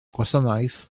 gwasanaeth